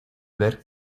ver